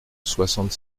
soixante